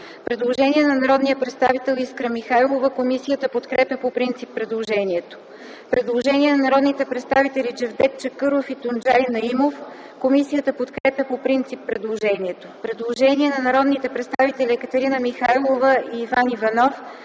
Предложение на народния представител Искра Михайлова. Комисията подкрепя по принцип предложението. Предложение на народните представители Джевдет Чакъров и Тунджай Наимов. Комисията подкрепя по принцип предложението. Предложение на народните представители Екатерина Михайлова и Иван Иванов.